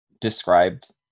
described